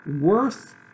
worth